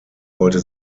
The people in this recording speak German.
wollte